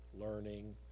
learning